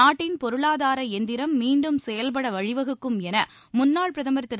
நாட்டின் பொருளாதார எந்திரம் மீண்டும் செயல்பட வழிவகுக்கும் என முன்னாள் பிரதமர் திரு